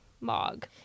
mog